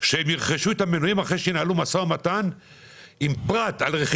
שהם ירכשו 50 מנועים אחרי שינהלו מו"מ עם פראט.